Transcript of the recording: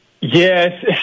Yes